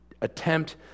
attempt